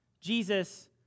Jesus